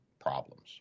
problems